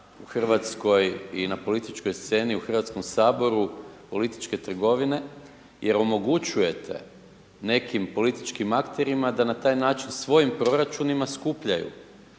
u Hrvatskoj, i na političkoj sceni u Hrvatskom saboru političke trgovine, jer omogućujete nekim političkim akterima da na taj način svojim proračunima, skupljaju